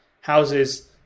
houses